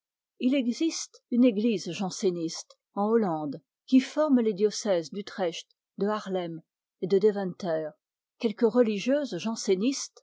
il existe une église janséniste en hollande qui forme les diocèses d'utrecht de harlem et de deventer quelques religieuses jansénistes